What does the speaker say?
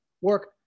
work